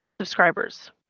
subscribers